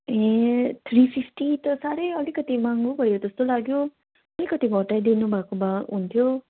ए three fifty त साह्रै अलिकति महँगो भयो त्यस्तो लाग्यो अलिकति घटाइ दिनु भएको भए हुन्थ्यो